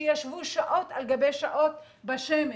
שישבו שעות על גבי שעות בשמש.